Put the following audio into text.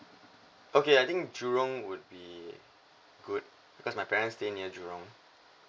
okay I think jurong would be good because my parents stay near jurong